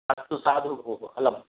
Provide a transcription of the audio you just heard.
अस्तु साधु भोः अलम्